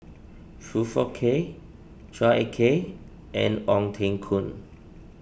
Foong Fook Kay Chua Ek Kay and Ong Teng Koon